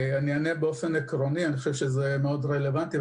אני חושב שזה מאוד עקרוני.